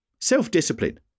Self-discipline